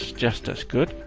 just as good.